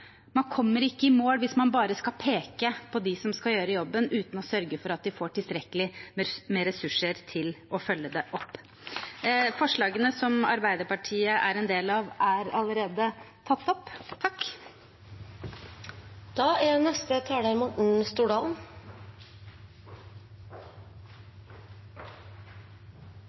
Man kommer ikke i mål hvis man bare skal peke på dem som skal gjøre jobben, uten å sørge for at de får tilstrekkelig med ressurser for å følge det opp.